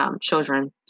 children